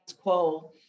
quo